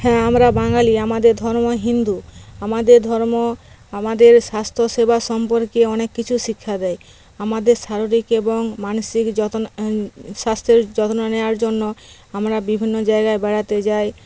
হ্যাঁ আমরা বাঙালি আমাদের ধর্ম হিন্দু আমাদের ধর্ম আমাদের স্বাস্থ্যসেবা সম্পর্কে অনেক কিছু শিক্ষা দেয় আমাদের শারীরিক এবং মানসিক যতনা স্বাস্থ্যের যত্ন নেওয়ার জন্য আমরা বিভিন্ন জায়গায় বেড়াতে যাই